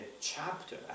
chapter